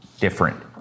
different